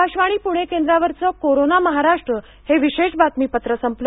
आकाशवाणी प्णे केंद्रावरचं कोरोना महाराष्ट्र हे विशेष बातमीपत्र संपलं